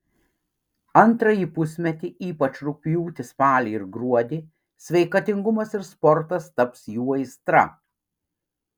antrąjį pusmetį ypač rugpjūtį spalį ir gruodį sveikatingumas ir sportas taps jų aistra